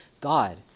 God